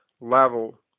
level